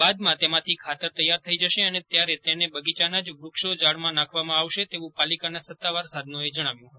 બાદમાં તેમાંથી ખાતર તૈયાર થઇ જશે ત્યારે તેને બગીયાનાં જ વૃક્ષો ઝાડમાં નાખવામાં આવશે તેવું પાલિકાના સત્તાવાર સાધનોએ જણાવ્યું હતું